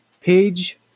Page